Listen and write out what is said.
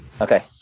okay